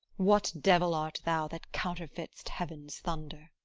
what devil art thou that counterfeit'st heaven's thunder?